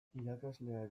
irakasleak